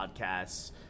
podcasts